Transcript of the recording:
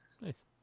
Nice